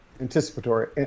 anticipatory